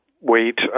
wait